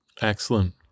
Excellent